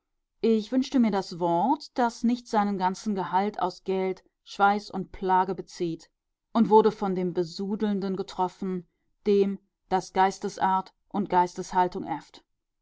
ich wünschte mir das wort das nicht seinen ganzen gehalt aus geld schweiß und plage bezieht und wurde von dem besudelnden getroffen dem das geistesart und geisteshaltung